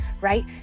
right